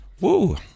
woo